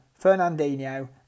Fernandinho